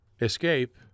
Escape